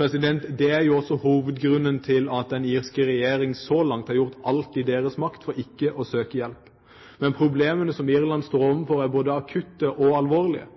Det er også hovedgrunnen til at den irske regjering så langt har gjort alt i sin makt for ikke å søke hjelp. Men problemene som Irland står overfor, er både akutte og alvorlige.